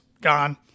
gone